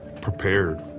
prepared